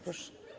Proszę.